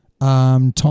time